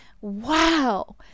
Wow